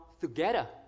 together